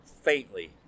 faintly